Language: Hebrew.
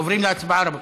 עוברים להצבעה, רבותיי.